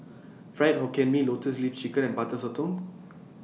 Fried Hokkien Mee Lotus Leaf Chicken and Butter Sotong